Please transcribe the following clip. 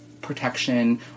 protection